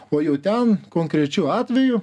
o jau ten konkrečiu atveju